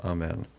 Amen